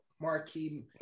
marquee